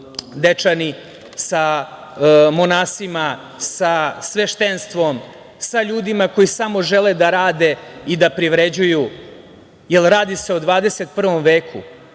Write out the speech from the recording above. Dečani, sa monasima, sa sveštenstvom, sa ljudima koji samo žele da rade i da privređuju, jer radi se o 21. veku. Niko